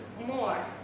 more